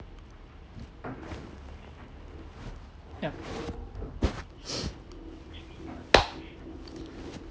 yeah